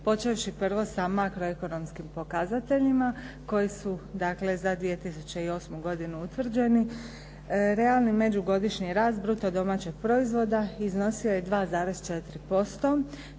počevši prvo sa makro ekonomskim pokazateljima koji su dakle za 2008. godinu utvrđeni. Realni međugodišnji rast bruto domaćeg proizvoda iznosio je 2,4%,